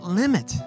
limit